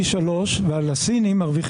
צריך